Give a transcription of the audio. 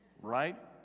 right